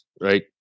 right